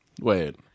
Wait